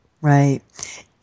Right